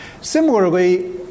Similarly